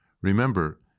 Remember